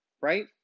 right